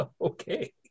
Okay